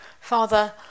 Father